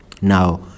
now